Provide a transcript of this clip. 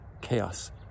chaos